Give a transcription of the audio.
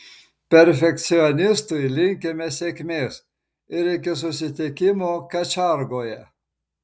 perfekcionistui linkime sėkmės ir iki susitikimo kačiargoje